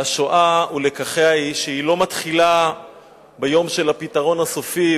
והשואה ולקחיה הם שהיא לא מתחילה ביום של "הפתרון הסופי",